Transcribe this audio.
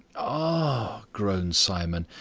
ah, groaned simon,